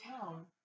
town